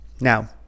Now